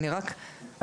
אני רק אציין